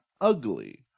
ugly